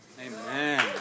Amen